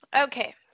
Okay